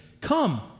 come